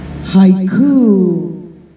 haiku